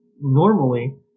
normally